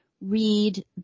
read